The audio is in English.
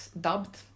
dubbed